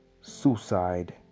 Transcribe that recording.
suicide